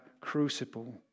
crucible